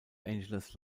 angeles